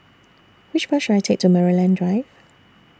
Which Bus should I Take to Maryland Drive